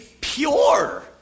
pure